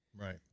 Right